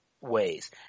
ways